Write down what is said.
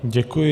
Děkuji.